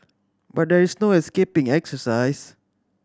but there is no escaping exercise